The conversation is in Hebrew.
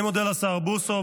אני מודה לשר בוסו.